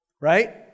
Right